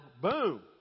boom